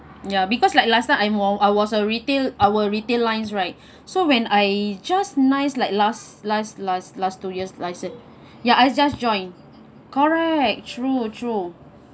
ya because like last time I wa~ I was a retail our retail lines right so when I just nice like last last last last two years like I say ya I just join correct true true